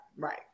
Right